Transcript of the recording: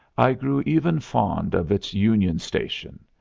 i grew even fond of its union station,